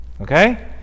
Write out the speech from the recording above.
Okay